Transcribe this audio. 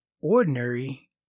ordinary